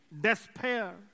despair